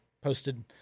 posted